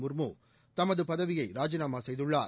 முர்மு தனது பதவியை ராஜினாமா செய்துள்ளார்